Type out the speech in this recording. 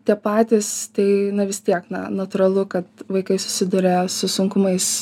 tie patys tai vis tiek na natūralu kad vaikai susiduria su sunkumais